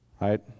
Right